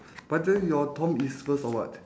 but then your tom is first or what